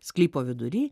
sklypo vidury